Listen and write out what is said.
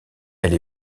elle